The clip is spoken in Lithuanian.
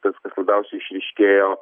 tas kas labiausiai išryškėjo